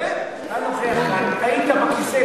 טעית בכיסא,